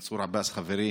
מנסור עבאס, חברי,